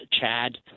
Chad